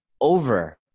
over